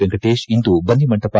ವೆಂಕಟೇಶ್ ಇಂದು ಬನ್ನಿಮಂಟಪ